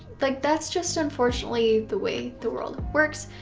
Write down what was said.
like that's just unfortunately the way the world works.